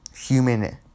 human